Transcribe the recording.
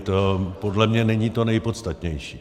To podle mě není to nejpodstatnější.